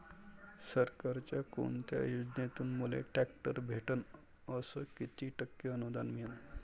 सरकारच्या कोनत्या योजनेतून मले ट्रॅक्टर भेटन अस किती टक्के अनुदान मिळन?